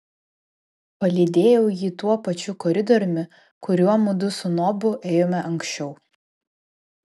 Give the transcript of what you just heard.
palydėjau jį tuo pačiu koridoriumi kuriuo mudu su nobu ėjome anksčiau